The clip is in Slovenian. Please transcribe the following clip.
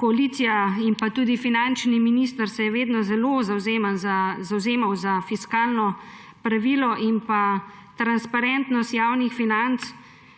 koalicija in pa tudi finančni minister vedno zelo zavzemal za fiskalno pravilo in pa transparentnost javnih financ,